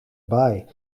baai